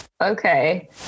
okay